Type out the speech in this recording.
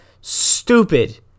stupid